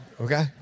okay